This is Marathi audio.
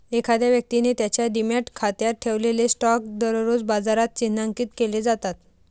एखाद्या व्यक्तीने त्याच्या डिमॅट खात्यात ठेवलेले स्टॉक दररोज बाजारात चिन्हांकित केले जातात